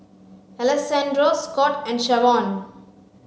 Alessandro Scot and Shavonne